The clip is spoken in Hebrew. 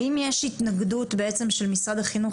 האם יש התנגדות בעצם של משרד החינוך